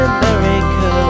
America